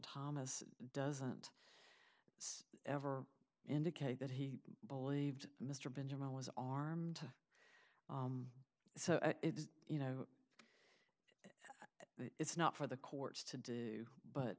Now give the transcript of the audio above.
thomas doesn't ever indicate that he believed mr benjamin was armed so you know it's not for the courts to do but